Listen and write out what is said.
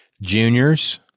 Juniors